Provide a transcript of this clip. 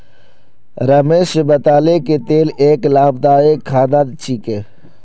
रमेश बताले कि तिल एक लाभदायक खाद्य छिके